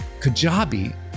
Kajabi